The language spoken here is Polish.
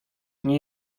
nie